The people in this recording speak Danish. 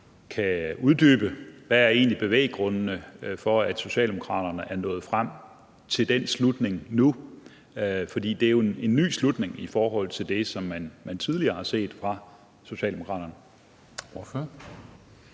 kan uddybe, hvad der egentlig er bevæggrundene for, at Socialdemokraterne er nået frem til den slutning nu. For det er jo en ny slutning i forhold til det, som man tidligere har set fra Socialdemokraternes